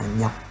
nhập